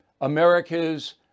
America's